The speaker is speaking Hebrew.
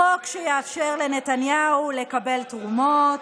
חוק שיאפשר לנתניהו לקבל תרומות.